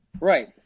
Right